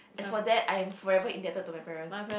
and for that I forever indebted to my parents